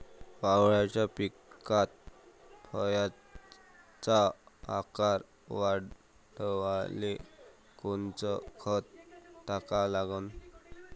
वांग्याच्या पिकात फळाचा आकार वाढवाले कोनचं खत टाका लागन?